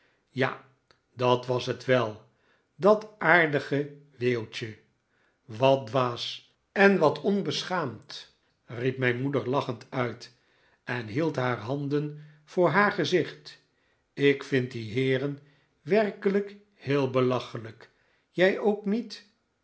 ja dat was het wel dat aardige weeuwtje wat dwaas en wat onbeschaamd riep mijn moeder lachend uit en hield haar handen voor haar gezicht ik vind die heeren werkelijk heel belachelijk jij ook niet